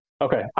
Okay